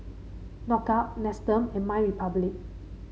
Knockout Nestum and MyRepublic